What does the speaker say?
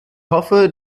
hoffe